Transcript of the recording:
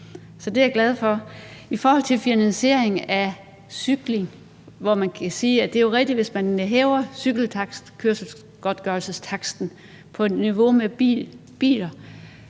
Så det er jeg glad for. I forhold til finansiering af cykling kan man sige, at det jo er rigtigt, at hvis man hæver cykelkørselsgodtgørelsestaksten